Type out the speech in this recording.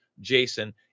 Jason